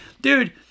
dude